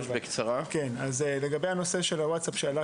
לגבי הנושא של ווצאפ,